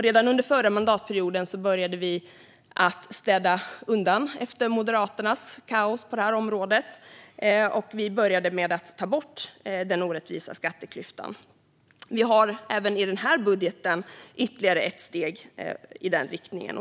Redan under den förra mandatperioden började vi städa undan efter Moderaternas kaos på detta område. Vi började med att ta bort den orättvisa skatteklyftan. Vi har i den här budgeten tagit ytterligare ett steg i den riktningen.